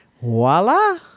voila